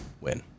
Win